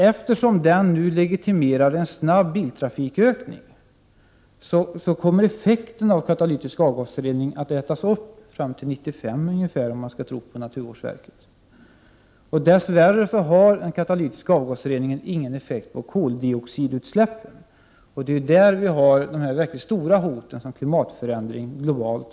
Eftersom den emellertid legitimerar en snabb biltrafikökning kommer den positiva effekten av katalytisk avgasrening att ätas upp fram till 1995, om man skall tro naturvårdsverket. Katalytisk avgasrening har dess värre inte någon effekt på koldioxidutsläppen. Det är på det området vi har de verkligt stora hoten med klimatförändringar globalt.